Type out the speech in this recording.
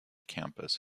campus